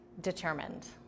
determined